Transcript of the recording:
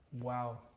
Wow